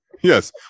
Yes